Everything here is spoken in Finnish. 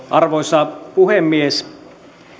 arvoisa puhemies